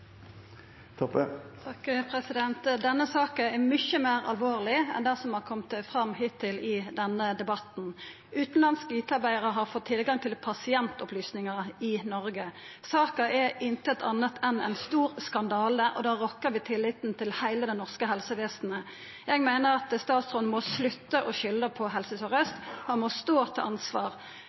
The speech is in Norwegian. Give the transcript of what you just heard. Toppe – til oppfølgingsspørsmål. Denne saka er mykje meir alvorleg enn det som har kome fram hittil i denne debatten. Utanlandske IT-arbeidarar har fått tilgang til pasientopplysningar i Noreg. Saka er ingenting anna enn ein stor skandale, og det rokkar ved tilliten til heile det norske helsevesenet. Eg meiner at statsråden må slutta å skulda på Helse Sør-Aust. Han må stå til ansvar.